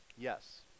yes